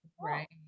right